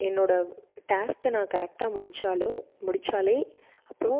என்னோட டாஸ்க்கை நான் கரெக்டாக முடித்தாலும் முடித்தாலே அப்புறம்